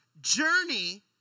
journey